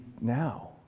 now